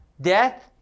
death